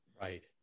right